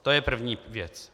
To je první věc.